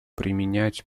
применять